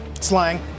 slang